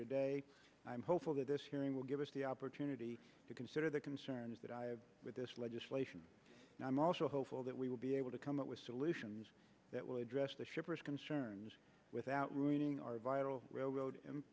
today i'm hopeful that this hearing will give us the opportunity to consider the concerns that i have with this legislation and i'm also hopeful that we will be able to come up with solutions that will address the shipper's concerns without ruining our vital railroad